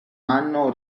anno